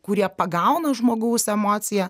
kurie pagauna žmogaus emociją